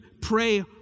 pray